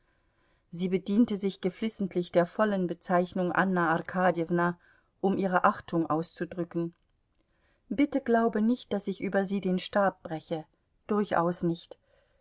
sie bediente sich geflissentlich der vollen bezeichnung anna arkadjewna um ihre achtung auszudrücken bitte glaube nicht daß ich über sie den stab breche durchaus nicht